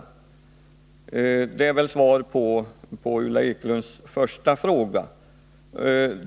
Det är svaret på Ulla Ekelunds första fråga.